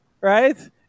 right